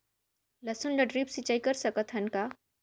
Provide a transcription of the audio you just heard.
लसुन ल ड्रिप सिंचाई कर सकत हन का?